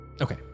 Okay